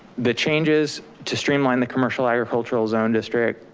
the changes to streamline the commercial agricultural zone district